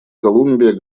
колумбия